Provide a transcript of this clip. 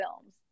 films